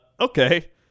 okay